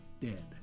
dead